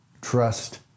trust